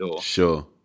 Sure